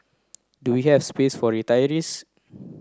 do we have space for retirees